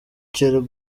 kibeho